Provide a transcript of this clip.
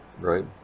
right